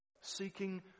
seeking